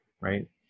right